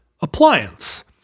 appliance